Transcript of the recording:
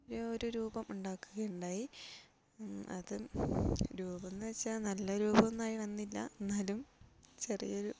ഒരു ഒരു രൂപം ഉണ്ടാക്കുകയുണ്ടായി അത് രൂപമെന്ന് വെച്ചാൽ നല്ല രൂപമൊന്നായി വന്നില്ല എന്നാലും ചെറിയൊരു